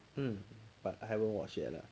um but I haven't watch yet lah